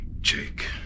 Jake